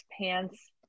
pants